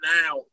now